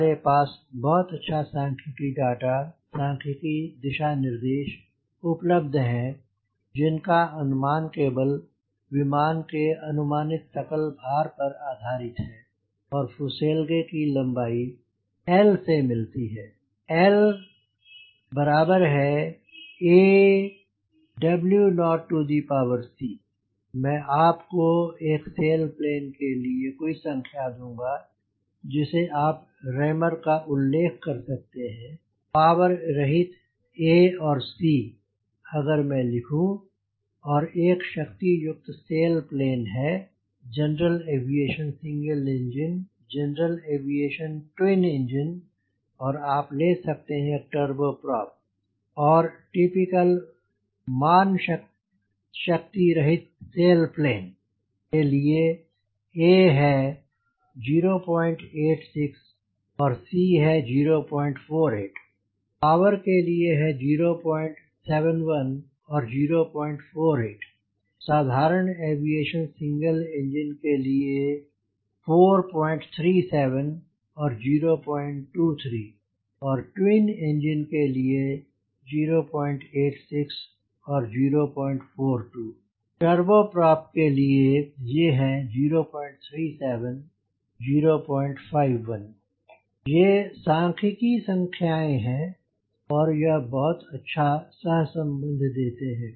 हमारे पास बहुत अच्छा सांख्यिकी डाटा सांख्यिकी दिशा निर्देश उपलब्ध हैं जिनका अनुमान केवल विमान के अनुमानित सकल भार पर आधारित है और फुसेलगे की लम्बाई L मिलती है La W0c मैं आपको एक सेल प्लेन के लिए कोई संख्या दूँगा जिसे आप Raymer का उल्लेख कर सकते हैं पावर रहित a और c अगर मैं लिखूं और एक शक्ति युक्त सेल प्लेन है general aviation single engine general aviation twin engine और आप ले सकते हैं एक टर्बोप्रॉप और टिपिकल मान शक्ति रहित सेल प्लेन के लिए a है 0 86 और c है 0 48 पावर के लिए ये हैं 0 71 और 0 48 साधारण एविएशन सिंगल इंजन के लिए 4 37 और 0 23 और ट्विन इंजन के लिए है 086 और 042 और टर्बोप्रॉप के लिए ये हैं 037 051 ये सांख्यिकी संख्याएँ हैं और यह बहुत ही अच्छा सह संबंध देते हैं